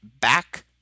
back